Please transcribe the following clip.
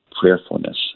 prayerfulness